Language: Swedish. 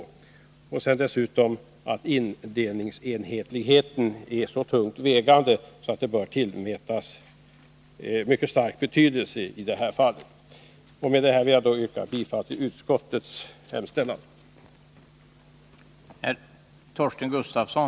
Vidare anser utskottet att indelningsenhetligheten väger så tungt att den bör tillmätas mycket stor betydelse. Med detta vill jag yrka bifall till utskottets hemställan.